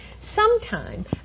sometime